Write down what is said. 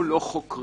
אנחנו לא חוקרים.